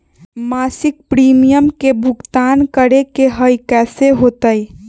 मासिक प्रीमियम के भुगतान करे के हई कैसे होतई?